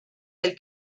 del